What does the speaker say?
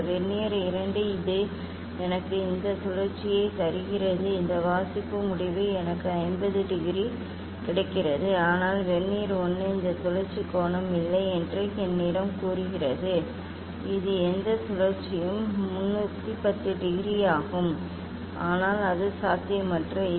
இந்த வெர்னியர் 2 இது எனக்கு இந்த சுழற்சியை தருகிறது இந்த வாசிப்பு முடிவு எனக்கு 50 டிகிரி கிடைக்கிறது ஆனால் வெர்னியர் 1 இந்த சுழற்சி கோணம் இல்லை என்று என்னிடம் கூறுகிறது இது எந்த சுழற்சியும் 310 டிகிரி ஆகும் ஆனால் அது சாத்தியமற்றது